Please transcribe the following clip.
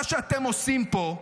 מה שאתם עושים פה,